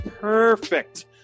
perfect